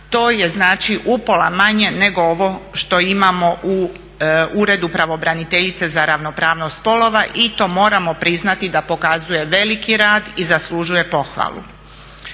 to je znači upola manje nego ovo što imao u Uredu pravobraniteljice za ravnopravnost spolova i to moramo priznati da pokazuje veliki rad i zaslužuje pohvalu.